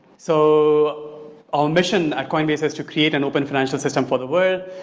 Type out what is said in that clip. so um mission at coinbase is to create an open financial system for the world,